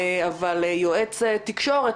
אבל יועץ תקשורת,